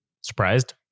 surprised